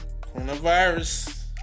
Coronavirus